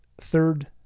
third